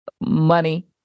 money